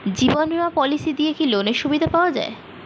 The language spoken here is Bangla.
জীবন বীমা পলিসি দিয়ে কি লোনের সুবিধা পাওয়া যায়?